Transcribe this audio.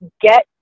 get